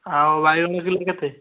ଆଉ ବାଇଗଣ କିଲୋ କେତେ